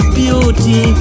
beauty